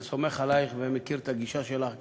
אני סומך עלייך ומכיר את הגישה שלך גם,